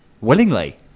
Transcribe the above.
willingly